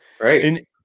right